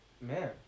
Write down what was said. Man